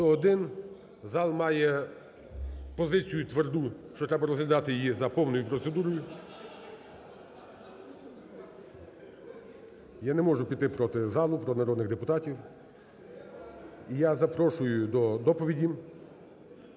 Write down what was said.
Зал має позицію тверду, що треба розглядати її за повною процедурою. Я не можу піти проти залу, проти народних депутатів. І я запрошую до доповіді